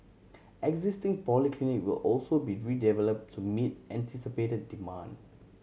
existing polyclinics will also be redeveloped to meet anticipated demand